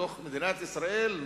בתוך מדינת ישראל,